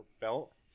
belt